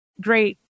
great